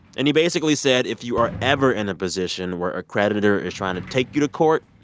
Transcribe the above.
and he basically said, if you are ever in a position where a creditor is trying to take you to court,